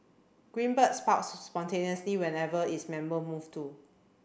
green Bird sprouts spontaneously wherever its members move to